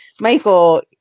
Michael